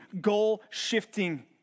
goal-shifting